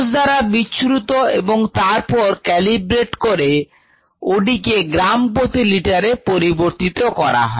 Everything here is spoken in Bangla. কোষ দ্বারা বিচ্ছুরিত এবং তারপর ক্যালিব্রেট করে OD কে গ্রাম প্রতি লিটারে পরিবর্তিত করা হয়